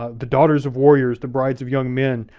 ah the daughters of warriors, the brides of young men,